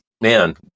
man